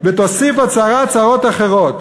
ותוסיף הצרה צרות אחרות".